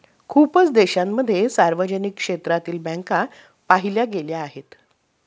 खूप देशांमध्ये सार्वजनिक क्षेत्रातील बँका पाहिल्या गेल्या आहेत